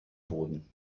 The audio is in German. boden